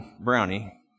brownie